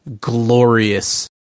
glorious